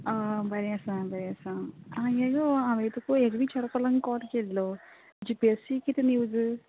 आ बरें आसा बरें आसा आ हें गो तुका हें विचारपाक लागून कोल केल्लो जी पी एस सी कितें न्युज